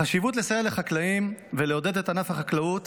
החשיבות לסייע לחקלאים ולעודד את ענף החקלאות